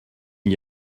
n’y